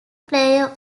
player